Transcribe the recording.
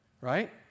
right